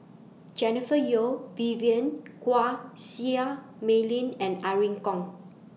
Jennifer Yeo Vivien Quahe Seah Mei Lin and Irene Khong